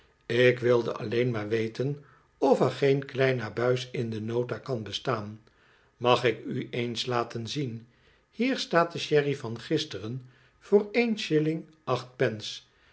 ik wilde alleen maar weten of er geen klein abuis in de nota kan bestaan mag ik u eens laten zien hier staat de sherry van gisteren voor één shilling acht pence